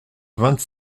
vingt